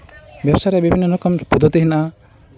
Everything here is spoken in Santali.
ᱵᱮᱵᱽᱥᱟ ᱨᱮ ᱵᱤᱵᱷᱤᱱᱱᱚ ᱨᱚᱠᱚᱢ ᱯᱚᱫᱽᱫᱷᱚᱛᱤ ᱢᱮᱱᱟᱜᱼᱟ